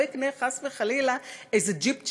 יקנה חס וחלילה איזה ג'יפ "צ'ירוקי"